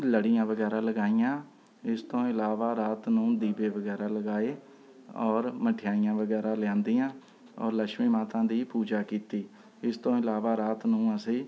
ਲੜੀਆਂ ਵਗੈਰਾ ਲਗਾਈਆਂ ਇਸ ਤੋਂ ਇਲਾਵਾ ਰਾਤ ਨੂੰ ਦੀਵੇ ਵਗੈਰਾ ਲਗਾਏ ਔਰ ਮਠਿਆਈਆਂ ਵਗੈਰਾ ਲਿਆਂਦੀਆਂ ਔਰ ਲੱਛਮੀ ਮਾਤਾ ਦੀ ਪੂਜਾ ਕੀਤੀ ਇਸ ਤੋਂ ਇਲਾਵਾ ਰਾਤ ਨੂੰ ਅਸੀਂ